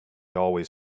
always